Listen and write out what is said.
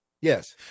yes